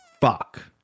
fuck